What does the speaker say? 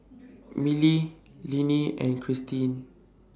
Milly Leanne and Cherise